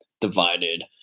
Divided